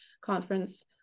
conference